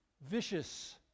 vicious